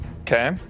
Okay